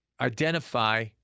identify